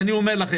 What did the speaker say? אני אומר לכם,